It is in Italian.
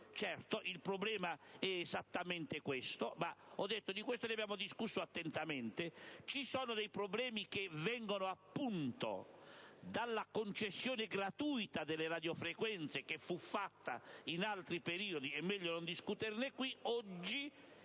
Certo, il problema è esattamente questo, ma di questo - ripeto - abbiamo discusso attentamente. Ci sono dei problemi che vengono appunto dalla concessione gratuita delle radiofrequenze che fu fatta in altri periodi, ma è meglio non discuterne qui. Oggi